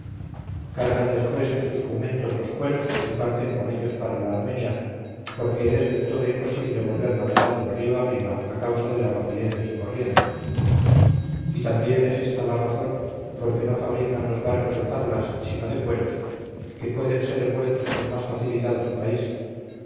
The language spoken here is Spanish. cargan después en sus jumentos los cueros y parten con ellos para la armenia porque es del todo imposible volver navegando río arriba a causa de la rapidez de su corriente y también es esta la razón por que no fabrican los barcos de tablas sino de cueros que pueden ser vueltos con más facilidad a su país